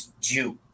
Jew